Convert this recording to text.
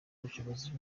ubushobozi